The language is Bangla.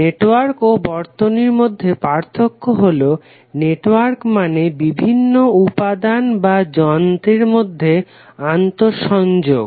নেটওয়ার্ক ও বর্তনীর মধ্যে পার্থক্য হলো নেটওয়ার্ক মানে বিভিন্ন উপাদান বা যন্ত্রের মধ্যে আন্তঃসংযোগ